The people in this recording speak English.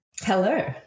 Hello